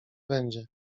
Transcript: będzie